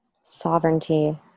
Sovereignty